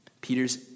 Peter's